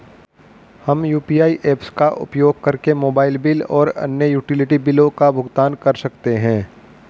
हम UPI apps का उपयोग करके मोबाइल बिल और अन्य यूटिलिटी बिलों का भुगतान कर सकते हैं